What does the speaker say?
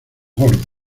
gordos